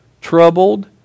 troubled